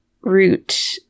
root